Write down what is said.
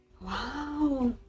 Wow